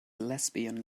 lesbian